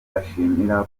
ashimira